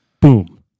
Boom